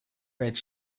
pēc